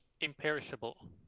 imperishable